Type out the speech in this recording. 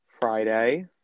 friday